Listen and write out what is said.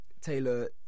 Taylor